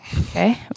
Okay